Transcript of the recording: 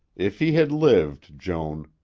if he had lived, joan,